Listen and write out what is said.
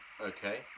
Okay